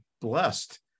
blessed